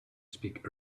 speak